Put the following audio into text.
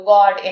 God